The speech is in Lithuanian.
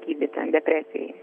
gydyti depresijai